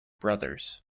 brothers